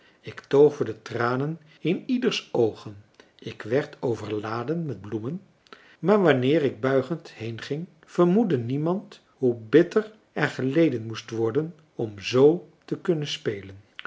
ik tooverde tranen in ieders oogen ik werd overladen met bloemen maar wanneer ik buigend heenging vermoedde niemand hoe bitter er geleden moest worden om zoo te kunnen spelen